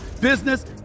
business